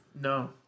No